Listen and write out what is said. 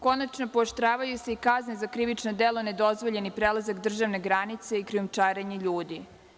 Konačno, pooštravaju se i kazne za krivična dela nedozvoljeni prelazak državne granice i krijumčarenje ljudi.